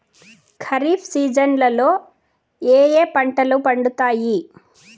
ఖరీఫ్ సీజన్లలో ఏ ఏ పంటలు పండుతాయి